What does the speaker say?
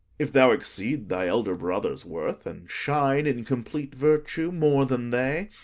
if thou exceed thy elder brothers' worth, and shine in complete virtue more than they,